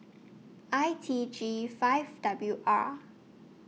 I T G five W R